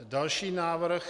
Další návrh.